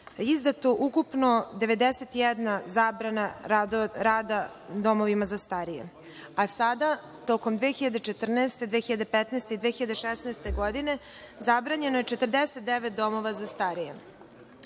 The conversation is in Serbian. izdato ukupno 91 zabrana rada domovima za starije, a sada tokom 2014, 2015. i 2016. godine zabranjeno je 49 domova za starije.